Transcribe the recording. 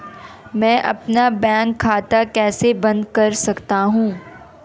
मैं अपना बैंक खाता कैसे बंद कर सकता हूँ?